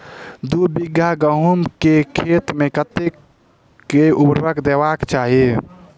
दु बीघा गहूम केँ खेत मे कतेक आ केँ उर्वरक देबाक चाहि?